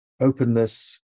openness